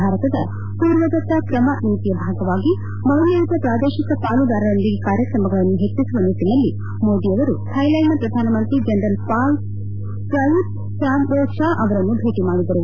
ಭಾರತದ ಪೂರ್ವದತ್ತ ಕ್ರಮ ನೀತಿಯ ಭಾಗವಾಗಿ ಮೌಲ್ಯಯುತ ಪ್ರಾದೇಶಿಕ ಪಾಲುದಾರರೊಂದಿಗೆ ಕಾರ್ಯಕ್ರಮಗಳನ್ನು ಹೆಚ್ಚಿಸುವ ನಿಟ್ಟನಲ್ಲಿ ಮೋದಿ ಅವರು ಥಾಯ್ ಲ್ವಾಂಡ್ ನ ಪ್ರಧಾನಮಂತ್ರಿ general Prayut Chan o cha ಅವರನ್ನು ಭೇಟ ಮಾಡಿದರು